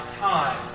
time